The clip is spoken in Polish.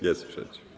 Jest sprzeciw.